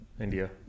India